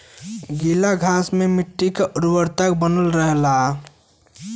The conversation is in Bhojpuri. गीला घास से मट्टी क उर्वरता बनल रहला